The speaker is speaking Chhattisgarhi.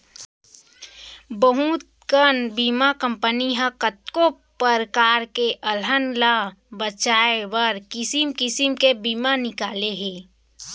बहुत कन बीमा कंपनी ह कतको परकार के अलहन ल बचाए बर किसिम किसिम के बीमा निकाले हे